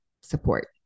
support